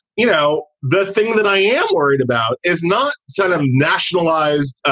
you know, the thing that i am worried about is not sort of nationalized.